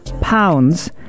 pounds